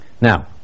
Now